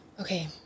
Okay